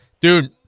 Dude